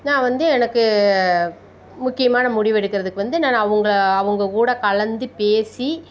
நான் வந்து எனக்கு முக்கியமான முடிவு எடுக்கிறதுக்கு வந்து நான் அவங்கள அவங்க கூட கலந்து பேசி